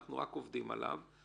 אנחנו רק עובדים עליו,